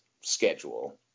schedule